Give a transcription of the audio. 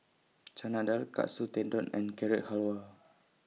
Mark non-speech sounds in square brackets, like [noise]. [noise] Chana Dal Katsu Tendon and Carrot Halwa